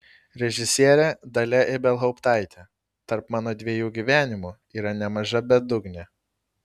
režisierė dalia ibelhauptaitė tarp mano dviejų gyvenimų yra nemaža bedugnė